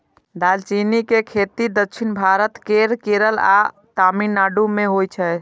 दालचीनी के खेती दक्षिण भारत केर केरल आ तमिलनाडु मे होइ छै